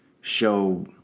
show